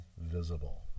visible